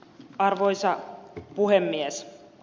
arvoisa puhemies